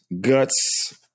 guts